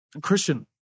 Christian